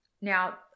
Now